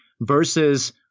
versus